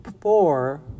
four